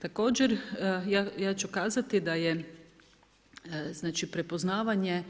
Također, ja ću kazati da je znači prepoznavanje